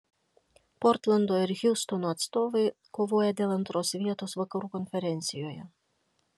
portlando ir hjustono atstovai kovoja dėl antros vietos vakarų konferencijoje